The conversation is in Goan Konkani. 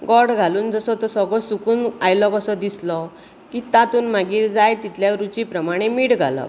गोड घालून जसो तो सगळो सुकून आयलो कसो दिसलो की तातूंत मागीर जाय तितलें रूची प्रमाणे मीठ घालप